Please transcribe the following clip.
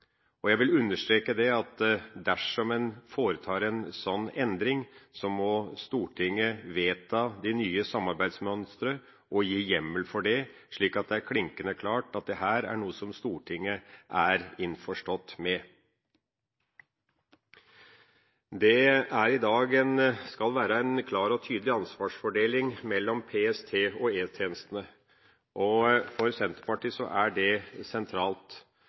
Jeg vil understreke at dersom en foretar en sånn endring, må Stortinget vedta de nye samarbeidsmønstrene og gi hjemmel for dem, slik at det er klinkende klart at dette er noe som Stortinget er innforstått med. I dag skal det være en klar og tydelig ansvarsfordeling mellom PST og E-tjenestene, og for Senterpartiet er det sentralt.